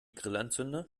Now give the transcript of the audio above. grillanzünder